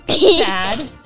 sad